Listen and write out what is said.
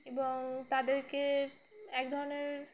এবং তাদেরকে এক ধরনের